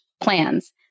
plans